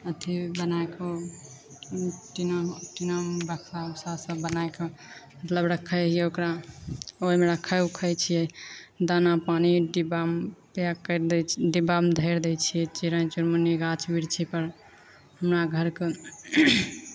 अथी बनाके ओ टीनामे बक्सा ओक्सा सब बनाके मतलब रखै हियै ओकरा ओहिमे रखै ओखै छियै दाना पानि डिब्बामे तैआर करि दय छियै डिब्बामे इर दय छियै चिड़ै चुनमुनी गाछ बृक्षी पर हमरा घरके